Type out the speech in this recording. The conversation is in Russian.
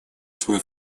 свой